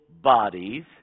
bodies